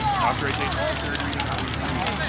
authorization for third reading are we agreed?